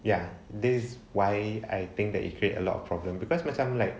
ya this's why I think that it create a lot of problems because macam like